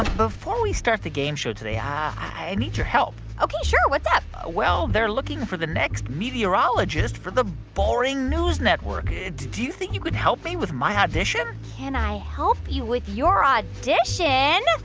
before we start the game show today, i i need your help ok, sure. what's up? well, they're looking for the next meteorologist for the boring news network. do you think you could help me with my audition? can i help you with your audition?